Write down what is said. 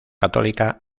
católica